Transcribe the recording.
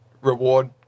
reward